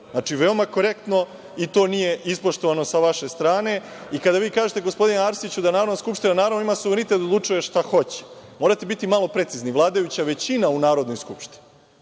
znači, veoma korektno, i to nije ispoštovano sa vaše strane. Kada vi kažete, gospodine Arsiću, da Narodna skupština naravno ima suverenitet da odlučuje šta hoće, morate biti malo precizni - vladajuća većina u Narodnoj skupštini.